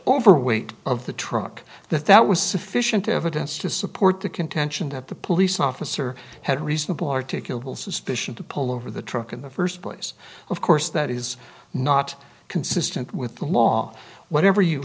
over weight of the truck that that was sufficient evidence to support the contention that the police officer had a reasonable articulable suspicion to pull over the truck in the first place of course that is not consistent with the law whatever you